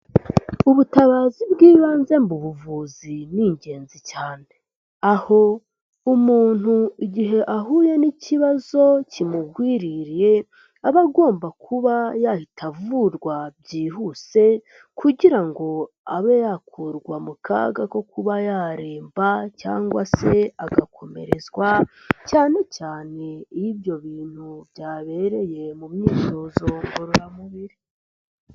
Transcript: Ubutabazi bw'ibanze mu buvuzi ni ingenzi cyane, aho umuntu igihe ahuye n'ikibazo kimugwiririye aba agomba kuba yahita avurwa byihuse kugira ngo abe yakurwa mu kaga ko kuba yaremba cyangwa se agakomerezwa, cyane cyane iyo ibyo bintu byabereye mu myitozo ngororamubiri.